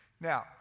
Now